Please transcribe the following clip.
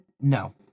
No